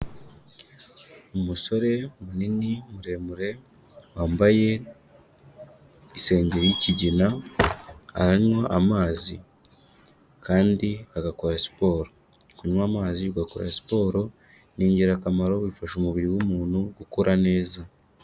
Umusore munini muremure wambaye isengeri y'ikigina, aranywa amazi kandi agakora siporo. Kunywa amazi ugakora siporo ni ingirakamaro, bifasha umubiri w'umuntu gukora neza.